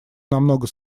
намного